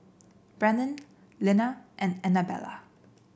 Brennon Lina and Anabella